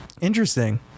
Interesting